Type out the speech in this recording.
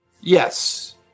Yes